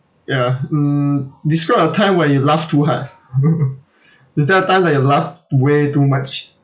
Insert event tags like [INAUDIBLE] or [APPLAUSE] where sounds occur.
ya mm describe a time where you laughed too hard [LAUGHS] is there a time that you laughed way too much